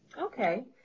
Okay